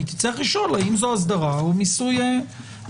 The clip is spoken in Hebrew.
היא תצטרך לשאול אם זה אסדרה או מיסוי גרידא.